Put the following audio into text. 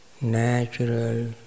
natural